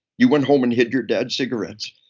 you went home and hid your dad's cigarettes.